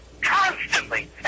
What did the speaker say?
constantly